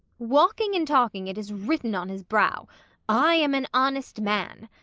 walking and talking, it is written on his brow i am an honest man.